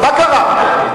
מה קרה?